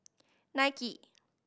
nike